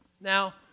Now